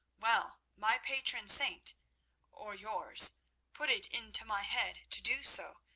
well, my patron saint or yours put it into my head to do so,